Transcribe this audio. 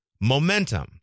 momentum